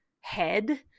head